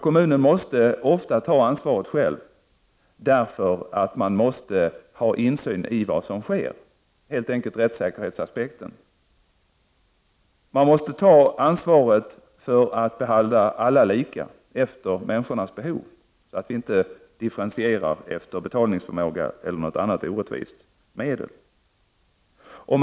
Kommunen måste ofta ta ansvaret själv därför att man måste ha insyn i vad som sker. Det är helt enkelt fråga om rättssäkerhetsaspekten. Man måste ta ansvaret att behandla alla lika efter människornas behov och inte differentiera efter betalningsförmåga eller något annat orättvist system.